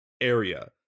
area